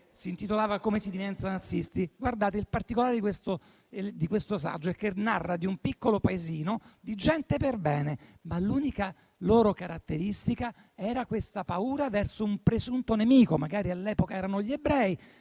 si intitolava "Come si diventa nazisti". Il particolare di questo saggio è che narra di un piccolo paesino di gente perbene. L'unica loro caratteristica era la paura verso un presunto nemico, magari all'epoca erano gli ebrei.